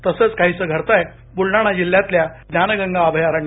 तसंच काहीसं घडतं आहे ब्लडाणा जिल्ह्यातल्या ज्ञानगंगा अभयारण्यात